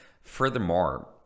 Furthermore